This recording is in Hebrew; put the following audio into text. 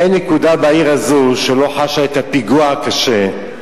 אין נקודה בעיר הזאת שלא חשה את הפיגוע הקשה,